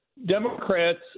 Democrats